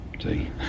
See